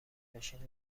بشینه